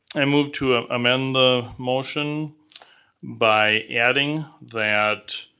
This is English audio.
i move to um amend the motion by adding that